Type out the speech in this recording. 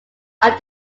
are